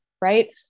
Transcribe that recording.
right